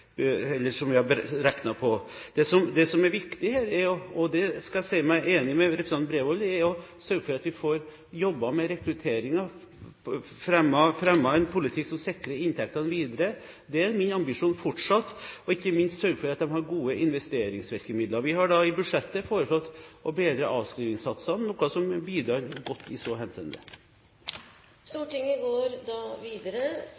på det. Det som er viktig – og det skal jeg si meg enig med representanten Bredvold i – er å sørge for at vi får jobbet med rekrutteringen og får fremmet en politikk som sikrer inntektene videre. Det er fortsatt min ambisjon, ikke minst at de har gode investeringsvirkemidler. Vi har i budsjettet foreslått å bedre avskrivningssatsene, noe som bidrar godt i så henseende.